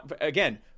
again